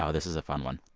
so this is a fun one.